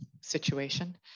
situation